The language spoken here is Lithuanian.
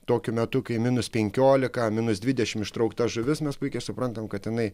tokiu metu kai minus penkiolika minus dvidešimt ištraukta žuvis mes puikiai suprantame kad jinai